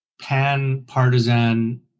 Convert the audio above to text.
pan-partisan